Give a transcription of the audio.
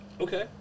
Okay